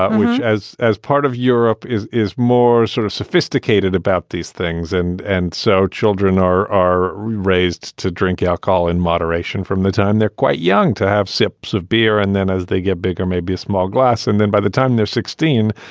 ah which as as part of europe is is more sort of sophisticated about these things. and and so children are are raised to drink alcohol in moderation from the time they're quite young to have sips of beer and then as they get bigger, maybe a small glass and then by the time they're sixteen,